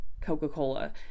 Coca-Cola